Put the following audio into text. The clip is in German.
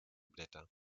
blätter